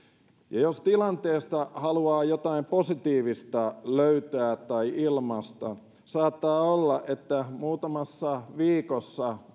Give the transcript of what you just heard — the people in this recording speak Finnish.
ja jos tilanteesta haluaa jotain positiivista löytää tai ilmaista saattaa olla että muutamassa viikossa